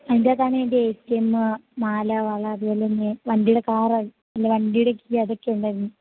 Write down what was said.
അതിൻ്റെയകത്താണെൻ്റെ A T M മാല വള അതുപോലെതന്നെ വണ്ടിയുടെ കാര് അല്ല വണ്ടിയുടെ കീ അതൊക്കെ ഉണ്ടായിരുന്നു